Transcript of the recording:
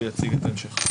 והוא יציג את ההמשך.